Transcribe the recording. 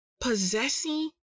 possessing